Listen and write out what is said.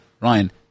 Ryan